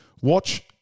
Watch